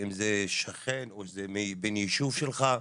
ואם זה שכן או שזה בן ישוב שלך,